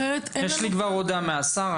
אחרת --- יש לי כבר הודעה מהשר.